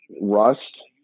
rust